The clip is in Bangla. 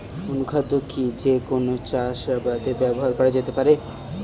অনুখাদ্য কি যে কোন চাষাবাদে ব্যবহার করা যেতে পারে?